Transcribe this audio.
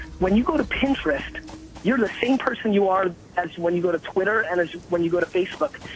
when you go to pinterest you're the same person you are as when you go to twitter, and is when you go to facebook,